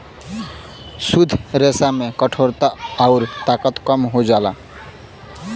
शुद्ध रेसा में कठोरता आउर ताकत कम हो जाला